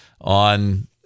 on